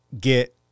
get